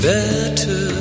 Better